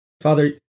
Father